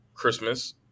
Christmas